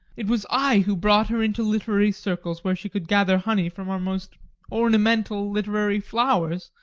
it was i who brought her into literary circles where she could gather honey from our most ornamental literary flowers.